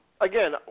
again